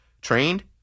trained